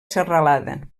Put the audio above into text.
serralada